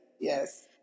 yes